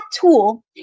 tool